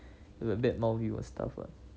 he will badmouth you or stuff lah